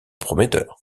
prometteur